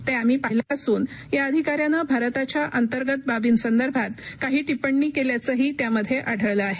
ते आम्ही पाहिलं असून या अधिकाऱ्यानं भारताच्या अंतर्गत बाबीसंदर्भात काही िप्पिणी केल्याचंही त्यामध्ये आढळलं आहे